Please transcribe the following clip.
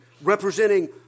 representing